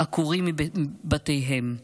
עקורים מבתיהם.